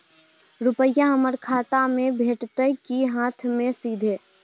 रुपिया हमर खाता में भेटतै कि हाँथ मे सीधे?